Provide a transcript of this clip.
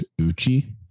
Uchi